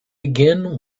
again